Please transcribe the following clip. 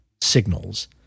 signals